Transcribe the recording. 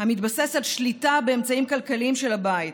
המתבסס על שליטה באמצעים הכלכליים של הבית.